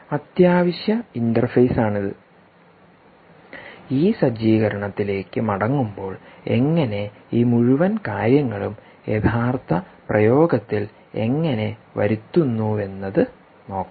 അത്യാവശ്യ ഇന്റർഫേസാണ് ഇത് ഈ സജ്ജീകരണത്തിലേക്ക് മടങ്ങുമ്പോൾ എങ്ങനെ ഈ മുഴുവൻ കാര്യങ്ങളും യഥാർത്ഥ പ്രയോഗത്തിൽ എങ്ങനെ വരുത്തുവെന്നത് നോക്കാം